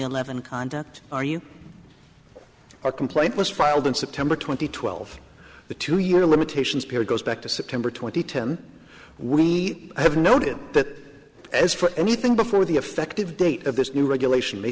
eleven conduct are you a complaint was filed in september twenty twelve the two your limitations period goes back to september twenty ten we have noted that as for anything before the effective date of this new regulation may